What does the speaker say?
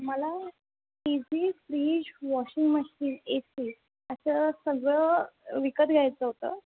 मला T V fridge washing machine A C असं सगळं विकत घ्यायचं होतं